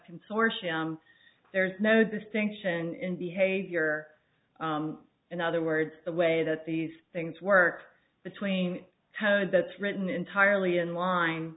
consortium there's no distinction in behavior in other words the way that these things work between code that's written entirely in line